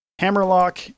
Hammerlock